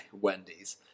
Wendy's